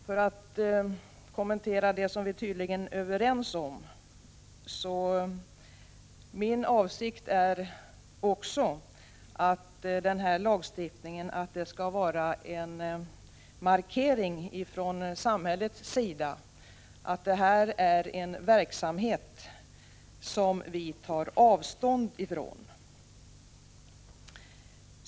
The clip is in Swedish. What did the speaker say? För att kommentera det som vi tydligen är överens om vill jag påpeka att min avsikt också är att den här lagstiftningen skall vara en markering från samhällets sida att prostitution är en verksamhet som vi tar avstånd ifrån.